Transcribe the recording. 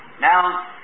Now